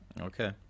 Okay